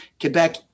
Quebec